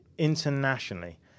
Internationally